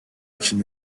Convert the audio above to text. için